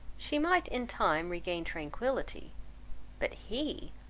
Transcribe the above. she might in time regain tranquillity but he,